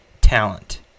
talent